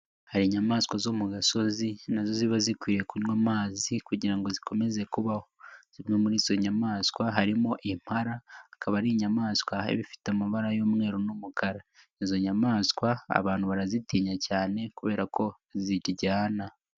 Hari inyamaswa zo mu gasozi na zo ziba zikwiriye kunywa amazi kugira ngo zikomeze kubaho, zimwe muri izo nyamaswa harimo impala akaba ari inyamaswa iba ifite amabara y'umweru n'umukara, izo nyamaswa abantu barazitinya cyane kubera ko ziryana.